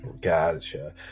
gotcha